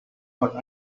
what